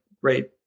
great